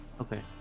Okay